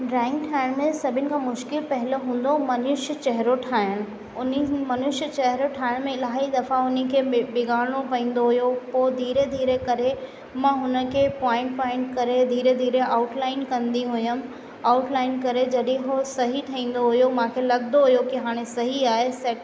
drawing ठाहिण में सभिनी खां मुश्किल पहलो हूंदो मनुष्य चहेरो ठाहिण हुन मनुष्य चहेरो ठाहिण में इलाही दफ़ा हुनखे बिगाड़णो पवंदो हुओ पोइ धीरे धीरे करे मां हुनखे पॉइंट पॉइंट करे धीरे धीरे आउटलाइन कंदी हुअमि आउटलाइन करे जॾहिं उहो सही ठहींदो हुओ मांखे लॻंदो हुओ कि हाणे सही आहे सेट